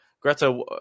Greta